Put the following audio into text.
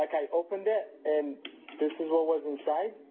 i opened it and this is what was inside.